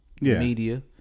media